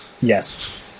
Yes